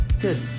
Good